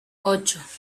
ocho